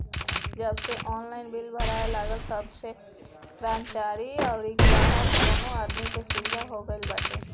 जबसे online bill भराए लागल तबसे कर्मचारीन अउरी ग्राहक दूनो आदमी के सुविधा हो गईल बाटे